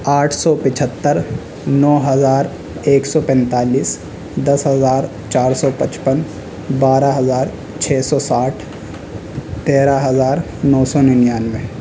آٹھ سو پچھہتر نو ہزار ایک سو پینتالیس دس ہزار چار سو پچپن بارہ ہزار چھ سو ساٹھ تیرہ ہزار نو سو ننانوے